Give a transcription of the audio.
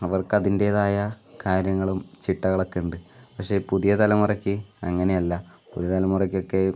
അവർക്ക് അതിന്റേതായ കാര്യങ്ങളും ചിട്ടകളൊക്കെ ഉണ്ട് പക്ഷെ പുതിയ തലമുറക്ക് അങ്ങനെയല്ല പുതിയ തലമുറക്ക് ഒക്കെയും